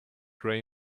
gray